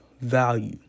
value